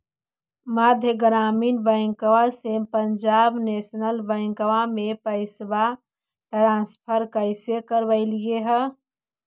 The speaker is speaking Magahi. मध्य ग्रामीण बैंकवा से पंजाब नेशनल बैंकवा मे पैसवा ट्रांसफर कैसे करवैलीऐ हे?